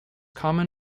common